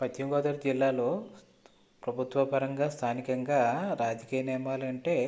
పశ్చిమ గోదావరి జిల్లాలో ప్రభుత్వ పరంగా స్థానికంగా రాజకీయ నియమాలు అంటే